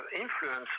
influence